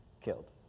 killed